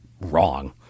wrong